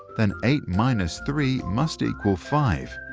then eight minus three must equal five.